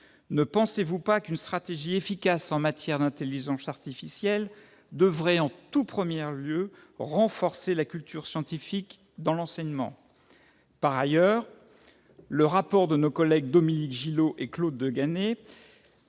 Ne pensez-vous pas qu'une stratégie efficace en matière d'intelligence artificielle devrait en tout premier lieu renforcer la culture scientifique dans l'enseignement ? Par ailleurs, le rapport de Dominique Gillot et Claude de Ganay